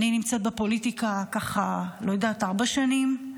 אני נמצאת בפוליטיקה ארבע שנים.